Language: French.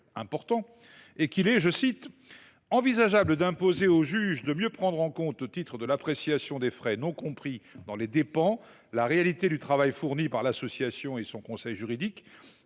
procédure et qu’il est « envisageable d’imposer au juge de mieux prendre en compte, au titre de l’appréciation des frais non compris dans les dépens la réalité du travail fourni par l’association et son conseil juridique